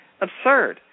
absurd